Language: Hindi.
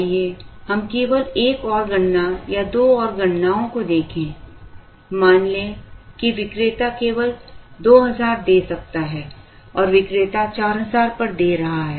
आइए हम केवल एक और गणना या दो और गणनाओं को देखें मान लें कि विक्रेता केवल 2000 दे सकता है और विक्रेता 4000 पर दे रहा है